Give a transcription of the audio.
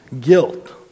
guilt